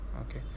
okay